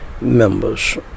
members